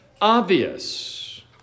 obvious